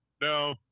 no